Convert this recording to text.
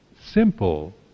simple